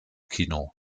kino